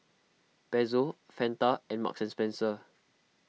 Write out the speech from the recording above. Pezzo Fanta and Marks and Spencer